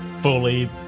fully